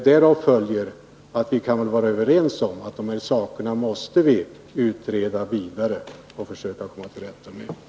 Därav följer att vi väl kan vara överens om att vi måste utreda dessa saker vidare och försöka komma till rätta med problemen.